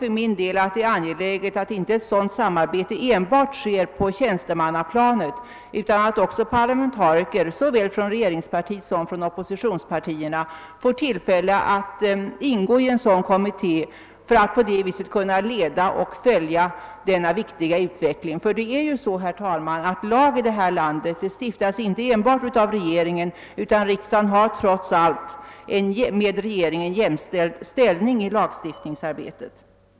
För min del anser jag det vara angeläget att ett sådant samarbete inte enbart sker på tjänstemannaplanet utan att också parlamentariker, såväl från regeringspartiet som från oppositionspartierna, får tillfälle att delta i för att på det sättet kunna leda och följa denna viktiga ut veckling. Det är ju så, herr talman, att lag i det här landet inte enbart stiftas av regeringen, utan riksdagen har trots allt en med regeringen likvärdig ställning i lagstiftningsarbetet.